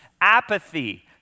apathy